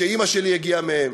שאימא שלי הגיעה מהן,